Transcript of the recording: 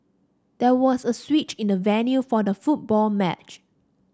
there was a switch in the venue for the football match